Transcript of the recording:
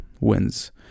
wins